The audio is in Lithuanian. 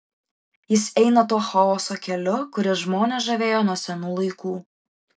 jis eina tuo chaoso keliu kuris žmonės žavėjo nuo senų laikų